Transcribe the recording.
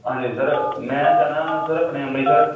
ਹਾਂਜੀ ਹਾਂਜੀ ਸਰ ਮੈਂ ਜਾਣਾ ਸਰ ਆਪਣੇ ਅੰਮ੍ਰਿਤਸਰ